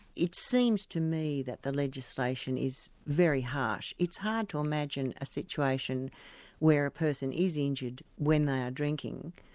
it seems to me that the legislation is very harsh. it's hard to imagine a situation where a person is injured when they are drinking,